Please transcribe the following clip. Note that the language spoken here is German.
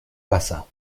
wasser